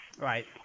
Right